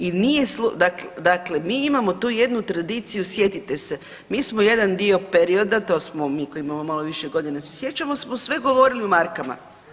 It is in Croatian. I nije, dakle mi imamo tu jednu tradiciju sjetite se, mi smo jedan dio perioda to smo mi koji imamo malo više godina sjećamo smo sve govorili u markama.